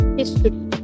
history